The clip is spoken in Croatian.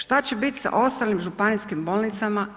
Što će biti sa ostalim županijskim bolnicama?